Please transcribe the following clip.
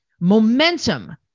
Momentum